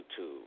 YouTube